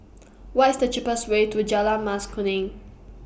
What IS The cheapest Way to Jalan Mas Kuning